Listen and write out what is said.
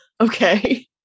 Okay